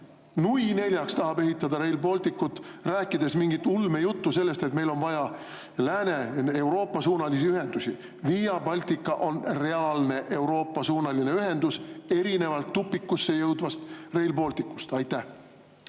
nui neljaks, tahab ehitada Rail Balticut, rääkides mingit ulmejuttu sellest, et meil on vaja ühendusi Lääne-Euroopa suunas? Via Baltica on reaalne Euroopa-suunaline ühendus, erinevalt tupikusse jõudvast Rail Balticust. Aitäh!